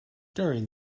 during